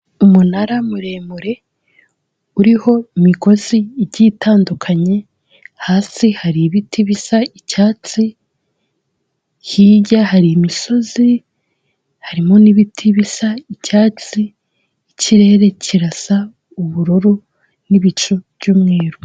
Umunara muremure uriho imigozi igiye itandukanye, hasi hari ibiti bisa icyatsi, hirya hari imisozi harimo n'ibiti bisa icyatsi, ikirere kirasa ubururu n'ibicu by'umweru.